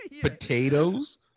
potatoes